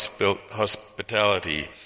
hospitality